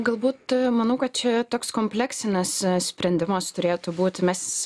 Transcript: galbūt manau kad čia toks kompleksinis sprendimas turėtų būti mes